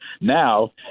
Now